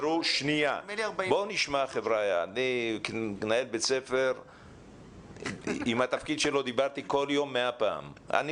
כמנהל בית ספר דיברתי כל יום 100 פעם עם